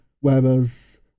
whereas